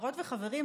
חברות וחברים,